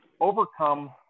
overcome